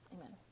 Amen